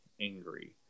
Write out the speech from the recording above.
angry